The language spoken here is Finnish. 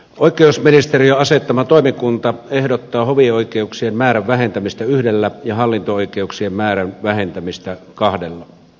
oikeusministeriön asettama toimikunta ehdottaa hovioikeuksien määrän vähentämistä yhdellä ja hallinto oikeuksien määrän vähentämistä kahdella